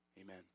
Amen